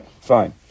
fine